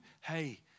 hey